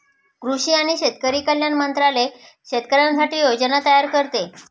कृषी आणि शेतकरी कल्याण मंत्रालय शेतकऱ्यांसाठी योजना तयार करते